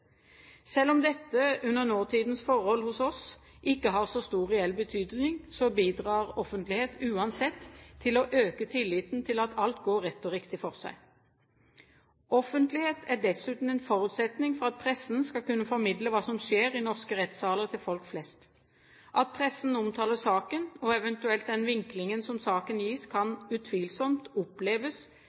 Selv om dette under nåtidens forhold hos oss ikke har så stor reell betydning, bidrar offentlighet uansett til å øke tilliten til at alt går rett og riktig for seg. Offentlighet er dessuten en forutsetning for at pressen skal kunne formidle hva som skjer i norske rettssaler til folk flest. At pressen omtaler saken og eventuelt den vinklingen som saken gis, kan utvilsomt oppleves